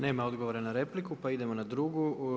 Nema odgovora na repliku, pa idemo na drugu.